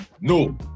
no